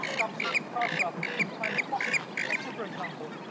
comes with the curse of infinite possibility. like say, for example,